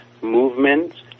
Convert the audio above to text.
movements